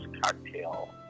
Cocktail